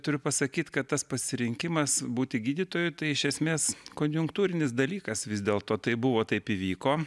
turiu pasakyt kad tas pasirinkimas būti gydytoju tai iš esmės konjunktūrinis dalykas vis dėlto tai buvo taip įvyko